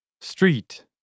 Street